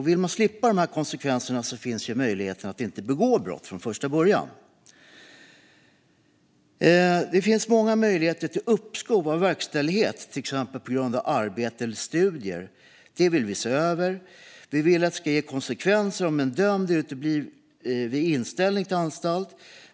Vill man slippa dessa konsekvenser finns ju möjligheten att inte begå brott från första början. Det finns många möjligheter till uppskov med verkställighet, till exempel arbete eller studier. Detta vill vi se över. Vi vill att det ska ge konsekvenser om en dömd uteblir vid inställelse i anstalt.